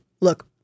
Look